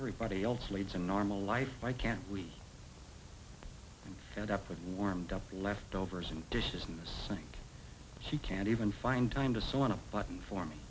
everybody else leads a normal life why can't we get up with warmed up leftovers and dishes in the sink she can't even find time to sew on a button for me